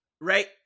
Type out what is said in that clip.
right